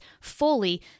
fully